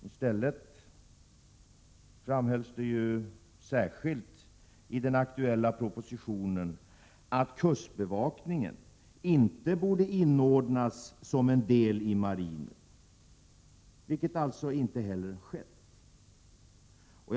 I stället framhölls det särskilt i den aktuella propositionen att kustbevakningen inte borde inordnas som en del i marinen, vilket alltså inte heller skett.